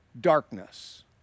darkness